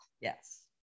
Yes